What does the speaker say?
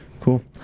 cool